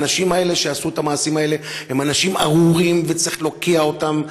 האנשים האלה שעשו את המעשים האלה הם אנשים ארורים וצריך להוקיע אותם,